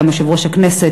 גם יושב-ראש הכנסת,